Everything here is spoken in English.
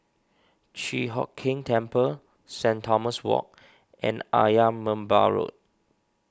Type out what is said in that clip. Chi Hock Keng Temple Saint Thomas Walk and Ayer Merbau Road